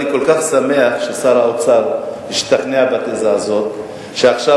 אני כל כך שמח ששר האוצר השתכנע בתזה הזו שעכשיו